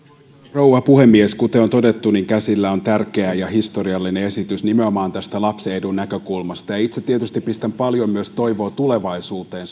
rouva puhemies kuten on todettu käsillä on tärkeä ja historiallinen esitys nimenomaan lapsen edun näkökulmasta itse tietysti pistän paljon toivoa myös tulevaisuuteen